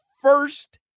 first